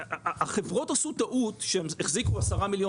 החברות עשו טעות כשהן החזיקו עשרה מיליון